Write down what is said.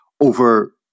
over